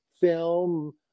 film